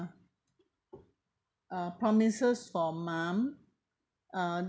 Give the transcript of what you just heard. uh promises for mum uh